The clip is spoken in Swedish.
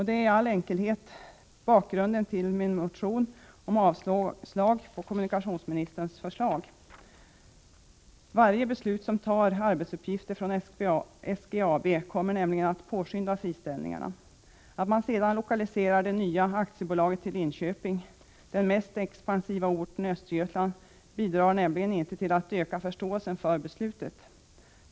Det är i all enkelhet bakgrunden till min motion om avslag på kommunikationsministerns förslag. Varje beslut som tar arbetsuppgifter från SGAB kommer nämligen att påskynda friställningarna. Att man sedan lokaliserar det nya aktiebolaget till Linköping, den mest expansiva orten i Östergötland, bidrar inte till att öka förståelsen för beslutet.